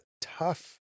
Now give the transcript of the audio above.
tough